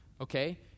okay